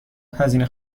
هزینه